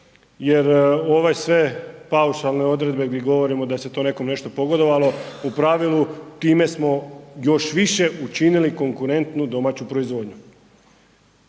jer ove sve paušalne odredbe gdje govorimo da se to nekom nešto pogodovalo u pravilu time smo još više učinili konkurentnu domaću proizvodnju